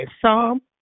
Psalm